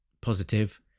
positive